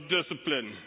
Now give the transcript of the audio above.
Discipline